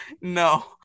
No